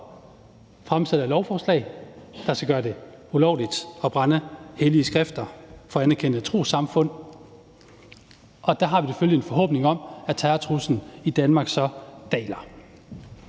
fremsætter et lovforslag, der skal gøre det ulovligt at brænde hellige skrifter fra anerkendte trossamfund. Der har vi selvfølgelig en forhåbning om, at terrortruslen i Danmark så daler.